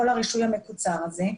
כל הרישוי המקוצר הזה,